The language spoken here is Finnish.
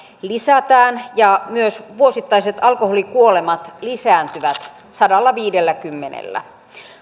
lisätään ja myös vuosittaiset alkoholikuolemat lisääntyvät sadallaviidelläkymmenellä